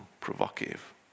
provocative